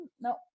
no